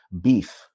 beef